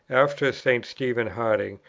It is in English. after st. stephen harding,